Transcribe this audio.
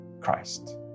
Christ